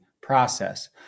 process